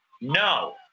No